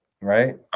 Right